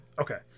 Okay